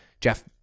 Jeff